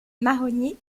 marronniers